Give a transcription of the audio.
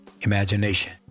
Imagination